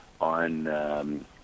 on